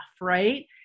Right